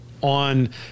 on